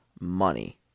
Money